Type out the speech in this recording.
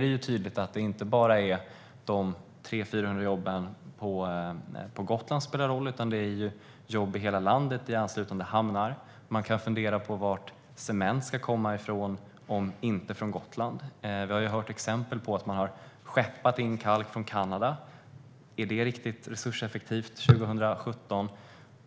man tydligt att det inte bara är de 300-400 jobben på Gotland som påverkas. Det gäller även jobb i hela landet i anslutande hamnar. Man kan fundera på varifrån cement ska komma om inte från Gotland. Vi har hört exempel på att kalk har skeppats in från Kanada. Är detta riktigt resurseffektivt 2017?